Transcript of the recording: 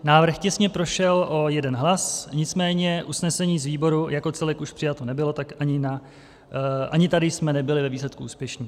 Návrh těsně prošel o jeden hlas, nicméně usnesení z výboru jako celek už přijato nebylo, tak ani tady jsme nebyli ve výsledku úspěšní.